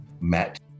met